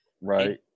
right